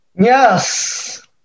Yes